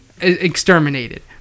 exterminated